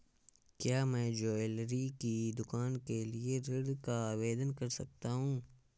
क्या मैं ज्वैलरी की दुकान के लिए ऋण का आवेदन कर सकता हूँ?